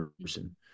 person